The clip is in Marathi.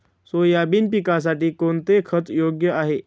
सोयाबीन पिकासाठी कोणते खत योग्य आहे?